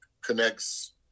connects